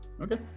Okay